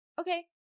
okay